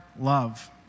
love